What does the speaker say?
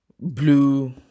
blue